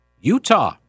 Utah